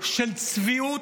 של צביעות,